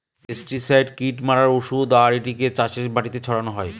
pesticide কীট মারার ঔষধ আর এটিকে চাষের মাটিতে ছড়ানো হয়